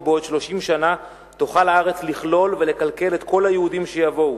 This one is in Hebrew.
בעוד 30 שנה תוכל הארץ לכלול ולכלכל את כל היהודים שיבואו,